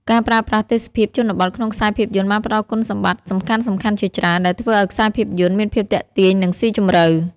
ការប្រើប្រាស់ទេសភាពជនបទក្នុងខ្សែភាពយន្តបានផ្តល់គុណសម្បត្តិសំខាន់ៗជាច្រើន ដែលធ្វើឲ្យខ្សែភាពយន្តមានភាពទាក់ទាញ និងស៊ីជម្រៅ។